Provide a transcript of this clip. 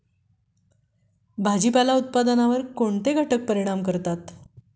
भाजीपाला उत्पादनावर कोणते घटक परिणाम करतात?